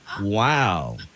Wow